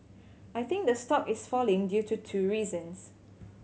I think the stock is falling due to two reasons